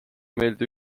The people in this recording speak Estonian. meeldi